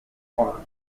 brun